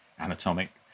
Anatomic